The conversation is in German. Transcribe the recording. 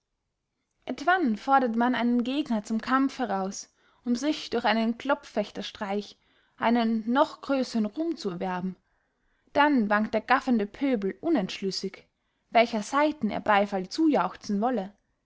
etwann fordert man einen gegner zum kampf heraus um sich durch einen klopffechterstreich einen noch grössern ruhm zu erwerben dann wankt der gaffende pöbel unentschlüssig welcher seiten er beyfall zujauchzen wolle